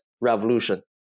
revolution